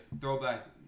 throwback